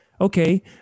okay